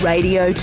Radio